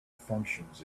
functions